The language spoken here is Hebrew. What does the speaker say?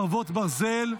חרבות ברזל)